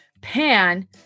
pan